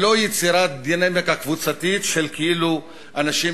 ולא יצירת דינמיקה קבוצתית של כאילו אנשים